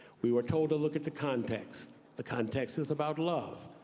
we were told to look at the context. the context is about love.